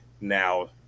now